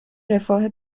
رفاه